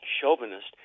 chauvinist